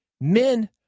men